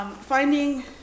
Finding